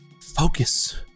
Focus